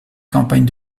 campagne